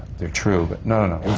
they're true. but no, no,